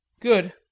Good